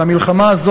והמלחמה הזאת,